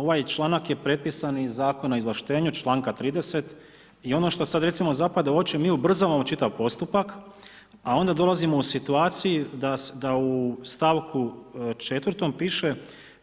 Ovaj članak je prepisan iz Zakona o izvlaštenju članka 30., i ono što sada recimo zapada u oči, mi ubrzavamo čitav postupak, a onda dolazimo u situaciji da u stavku 4., piše